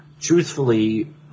truthfully